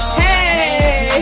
hey